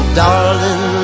darling